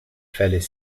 fallait